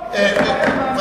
אוקיי, נכון.